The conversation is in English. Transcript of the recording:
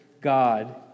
God